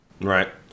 Right